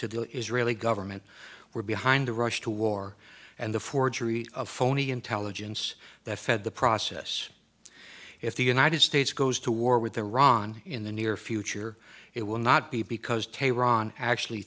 to the israeli government were behind a rush to war and the forgery of phony intelligence that fed the process if the united states goes to war with iran in the near future it will not be because tehran actually